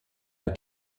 der